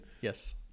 Yes